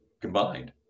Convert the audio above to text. combined